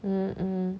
mm mm